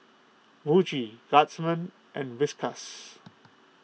Muji Guardsman and Whiskas